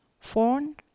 phone